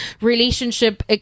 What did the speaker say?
relationship